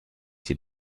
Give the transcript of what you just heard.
die